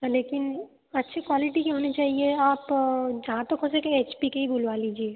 पर लेकिन अच्छी क्वालिटी के होने चाहिए आप जहाँ तक हो सके एच पी के ही बुलवा लीजिए